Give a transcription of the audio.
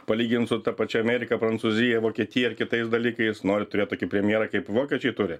palyginus su ta pačia amerika prancūzija vokietija ir kitais dalykais nori turėt tokį premjerą kaip vokiečiai turi